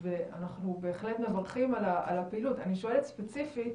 אנחנו בהחלט מברכים על הפעילות, אני שואלת ספציפית